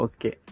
Okay